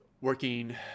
working